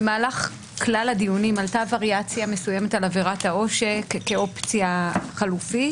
במהלך כלל הדיונים עלתה וריאציה מסוימת על עבירת העושק כאופציה חלופית.